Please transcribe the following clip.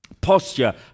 posture